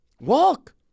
Walk